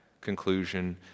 conclusion